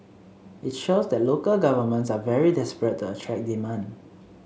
it shows that local governments are very desperate to attract demand